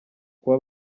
kuba